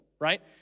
right